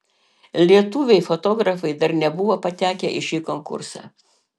lietuviai fotografai dar nebuvo patekę į šį konkursą